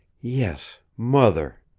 yes mother,